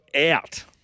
out